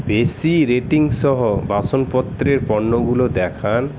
বেশি রেটিং সহ বাসনপত্রের পণ্যগুলো দেখান